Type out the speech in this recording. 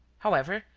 however,